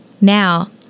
Now